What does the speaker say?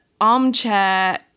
armchair